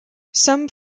some